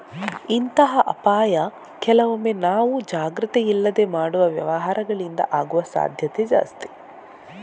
ಇಂತಹ ಅಪಾಯ ಕೆಲವೊಮ್ಮೆ ನಾವು ಜಾಗ್ರತೆ ಇಲ್ಲದೆ ಮಾಡುವ ವ್ಯವಹಾರಗಳಿಂದ ಆಗುವ ಸಾಧ್ಯತೆ ಜಾಸ್ತಿ